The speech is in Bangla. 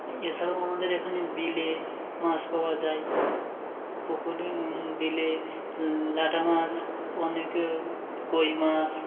এ ছাড়াও আমাদের এখানে বিলে মাছ পাওয়া যায় পুকুরে বিলে লাটা মাছ অনেক কই মাছ